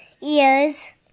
ears